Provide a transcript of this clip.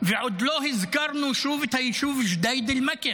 ועוד לא הזכרנו שוב את היישוב ג'דיידה-מכר,